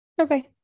okay